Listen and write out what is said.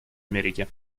америки